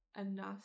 enough